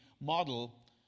model